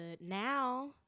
Now